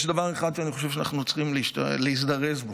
יש דבר אחד שאני חושב שאנחנו צריכים להזדרז בו.